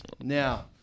Now